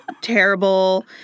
terrible